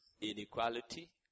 inequality